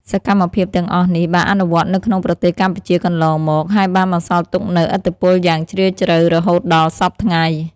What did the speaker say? សកម្មភាពទាំងអស់នេះ បានអនុវត្តនៅក្នុងប្រទេសកម្ពុជាកន្លងមក ហើយបានបន្សល់ទុកនូវឥទ្ធិពលយ៉ាងជ្រាលជ្រៅរហូតដល់សព្វថ្ងៃ។